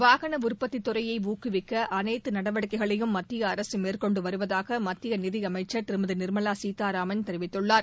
வாகன உற்பத்தி துறையை ஊக்குவிக்க அனைத்து நடவடிக்கைகளையும் மத்திய அரசு மேற்கொண்டு வருவதாக மத்திய நிதியமைச்சர் திருமதி நிர்மலா சீதாராமன் தெரிவித்துள்ளார்